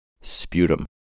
Sputum